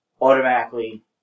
automatically